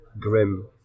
grim